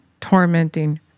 tormenting